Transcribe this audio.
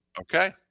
Okay